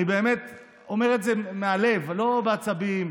אני באמת אומר את זה מהלב, לא בעצבים.